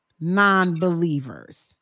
non-believers